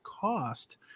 cost